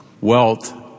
Wealth